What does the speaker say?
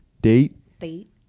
Date